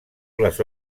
les